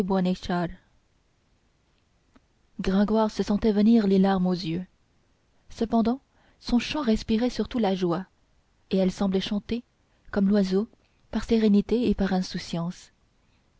gringoire se sentait venir les larmes aux yeux cependant son chant respirait surtout la joie et elle semblait chanter comme l'oiseau par sérénité et par insouciance